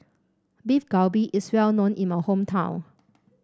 Beef Galbi is well known in my hometown